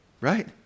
Right